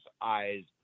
eyes